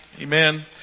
Amen